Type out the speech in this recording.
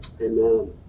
amen